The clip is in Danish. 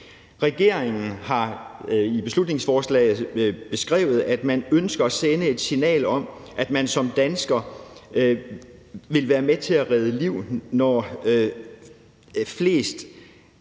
Regeringen har i beslutningsforslaget beskrevet, at man ønsker at sende et signal om, at man som dansker vil være med til at redde liv, når flest